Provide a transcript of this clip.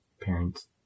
parents